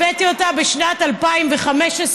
הבאתי אותה בשנת 2015,